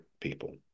people